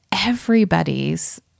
Everybody's